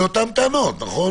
אלה אותן טענות, נכון?